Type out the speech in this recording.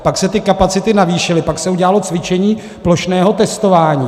Pak se ty kapacity navýšily, pak se udělalo cvičení plošného testování.